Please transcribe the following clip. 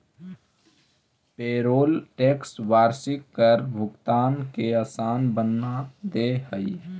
payroll tax वार्षिक कर भुगतान के असान बना दे हई